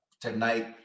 tonight